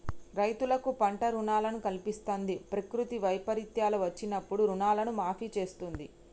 రైతులకు పంట రుణాలను కల్పిస్తంది, ప్రకృతి వైపరీత్యాలు వచ్చినప్పుడు రుణాలను మాఫీ చేస్తుంది